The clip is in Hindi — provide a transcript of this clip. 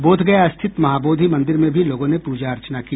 बोध गया स्थित महाबोधि मंदिर में भी लोगों ने पूजा अर्चना की